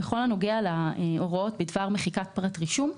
הנוגע להוראות בדבר מחיקת פרט רישום,